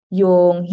yung